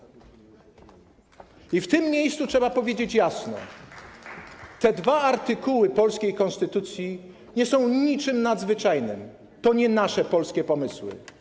I w tym miejscu trzeba powiedzieć jasno: te dwa artykuły polskiej konstytucji nie są niczym nadzwyczajnym, to nie są nasze, polskie pomysły.